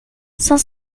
cinq